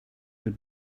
your